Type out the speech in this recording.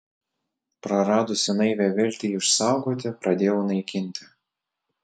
praradusi naivią viltį išsaugoti pradėjau naikinti